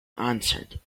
answered